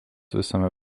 visame